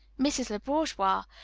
mrs. le bourgois,